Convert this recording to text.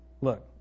Look